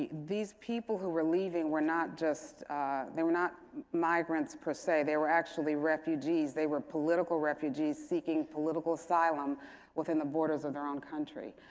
these people who were leaving were not just they were not migrants, per say. they were actually refugees. they were political refugees seeking political asylum within the borders of their own country.